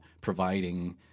providing